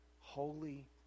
Holy